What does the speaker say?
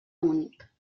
únic